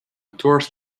tourist